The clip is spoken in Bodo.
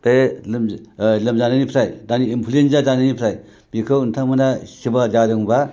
बे लोमजानायनिफ्राय दानि इनफ्लुयेन्जा जानायनिफ्राय बेखौ नोंथांमोना सुगार जादोंब्ला